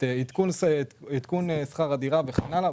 את עדכון שכר הדירה וכן הלאה.